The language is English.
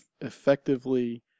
effectively